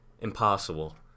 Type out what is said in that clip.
Impossible